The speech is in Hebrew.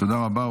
תודה רבה.